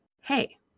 hey